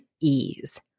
ease